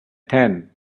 ten